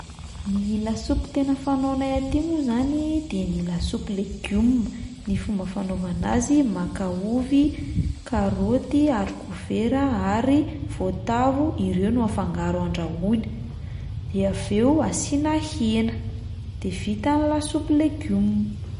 Ny lasopy tena fanaonay aty moa izany de ny lasopy legioma, ny fomba fabaovana azy: maka ovy, karaoty, haricot vert a ary voatavo, ireo no afangaro andrahoina, de avy eo asiana hena de vita ny lasopy legioma.